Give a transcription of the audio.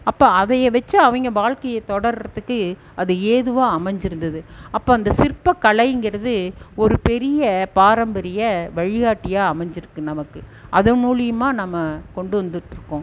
அப்போ அதையை வைச்சு அவங்க வாழ்க்கையை தொடர்கிறதுக்கு அது ஏதுவாக அமைஞ்சுருந்தது அப்போ அந்த சிற்ப கலைங்கிறது ஒரு பெரிய பாரம்பரிய வழிகாட்டியாக அமைஞ்சுருக்கு நமக்கு அது மூலயமா நம்ம கொண்டு வந்துட்டு இருக்கோம்